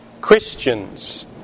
Christians